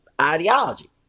ideology